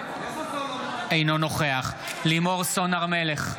אינו נוכח לימור סון הר מלך,